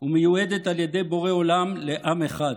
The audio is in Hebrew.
ומיועדת על ידי בורא עולם לעם אחד,